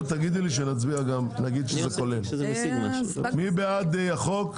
תגידי לי כדי שנגיד שזה כולל מי בעד החוק?